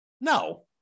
No